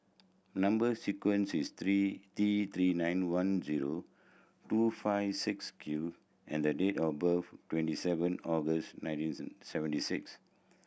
number sequence is three T Three nine one zero two five six Q and the date of birth twenty seven August nineteen seventy six